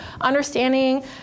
understanding